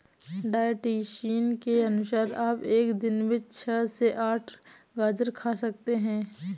dietitian के अनुसार आप एक दिन में छह से आठ गाजर खा सकते हैं